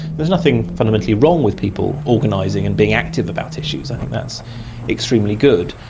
there's nothing fundamentally wrong with people organising and being active about issues, i think that's extremely good,